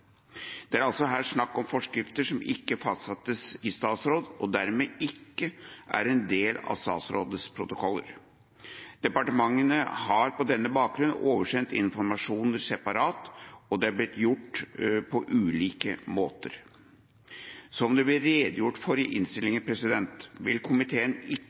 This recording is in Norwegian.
Det er altså her snakk om forskrifter som ikke fastsettes i statsråd og dermed ikke er en del av statsrådets protokoller. Departementene har på denne bakgrunn oversendt informasjon separat, og det er blitt gjort på ulike måter. Som det blir redegjort for i innstillinga, vil ikke komiteen